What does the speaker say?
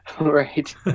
Right